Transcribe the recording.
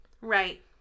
Right